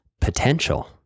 potential